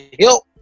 help